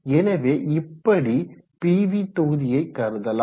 எனவே இப்படி பிவி தொகுதியை கருதலாம்